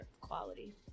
quality